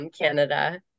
Canada